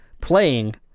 playing